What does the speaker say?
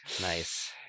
Nice